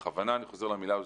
ובכוונה אני חוזר למילה אמון,